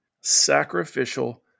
sacrificial